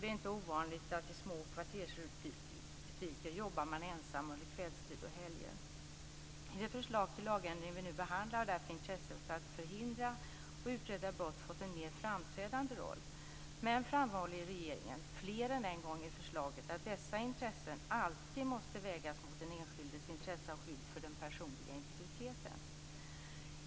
Det är inte ovanligt att man jobbar ensam i små kvartersbutiker under kvällstid och helger. I det förslag till lagändring vi nu behandlar har därför intresset att förhindra och utreda brott fått en mer framträdande roll. Men regeringen framhåller fler än en gång i förslaget att dessa intressen alltid måste vägas mot den enskildes intresse av skydd för den personliga integriteten.